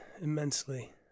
immensely